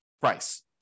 price